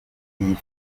iyi